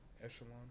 Echelon